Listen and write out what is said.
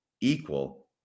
equal